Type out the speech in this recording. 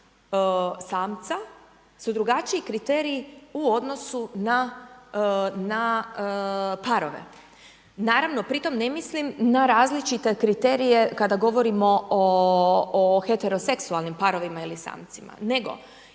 samca su drugačiji kriteriji u odnosu na parove. Naravno pri tom ne mislim na različite kriterije kada govorimo o heteroseksualnim parovima ili samcima, nego